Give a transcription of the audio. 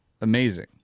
amazing